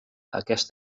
aquest